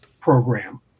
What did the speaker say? program